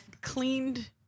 cleaned